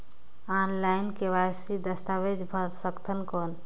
Online KYC दस्तावेज भर सकथन कौन?